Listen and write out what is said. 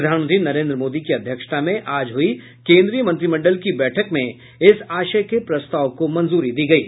प्रधानमंत्री नरेन्द्र मोदी की अध्यक्षता में आज हुई केन्द्रीय मंत्रिमंडल की बैठक में इस आशय के प्रस्ताव को मंजूरी दी गयी